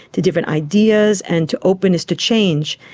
to different ideas, and to openness to change.